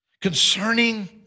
concerning